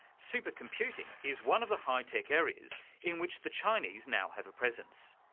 supercomputing is one of the high tech areas in which the chinese now have a presence.